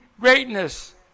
greatness